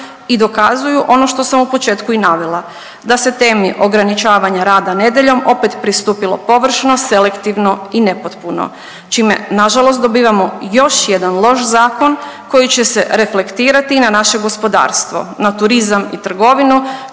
i dokazuju ono što sam u početku i navela, da se temi ograničavanja rada nedjeljom opet pristupilo površno, selektivno i nepotpuno čime nažalost dobivamo još jedan loš zakon koji će se reflektirati i na naše gospodarstvo, na turizam i trgovinu